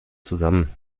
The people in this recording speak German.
zusammen